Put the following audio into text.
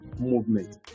movement